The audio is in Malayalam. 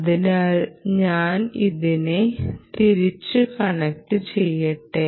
അതിനാൽ ഞാൻ ഇതിനെ തിരിച്ചു കണക്ട് ചെയ്യട്ടെ